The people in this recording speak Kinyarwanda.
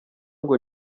ngo